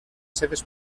seves